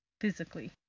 physically